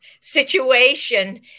situation